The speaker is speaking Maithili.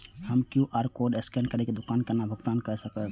हम क्यू.आर कोड स्कैन करके दुकान केना भुगतान काय सकब?